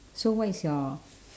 so what is your